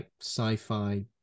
sci-fi